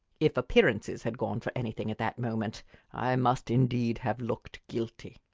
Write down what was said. if appearances had gone for anything at that moment i must indeed have looked guilty.